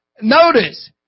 notice